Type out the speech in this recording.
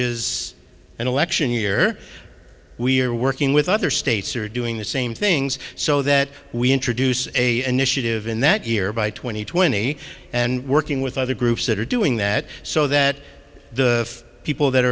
is an election year we're working with other states are doing the same things so that we introduce a initiative in that year by two thousand and twenty and working with other groups that are doing that so that the people that